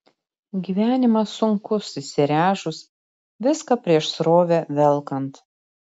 gyvenimas sunkus įsiręžus viską prieš srovę velkant